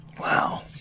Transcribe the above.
Wow